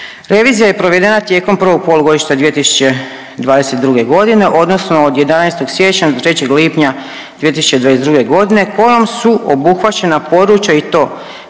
Revizija je provedena tijekom prvog polugodišta 2022. godine odnosno od 11. siječnja do 3. lipnja 2022. godine kojom su obuhvaćena područja i to